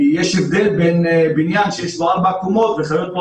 כי יש הבדל בין בניין שיש בו ארבע קומות וחיות בו